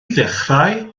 ddechrau